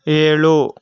ಏಳು